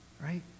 right